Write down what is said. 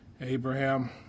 Abraham